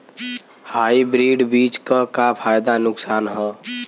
Hybrid बीज क का फायदा नुकसान ह?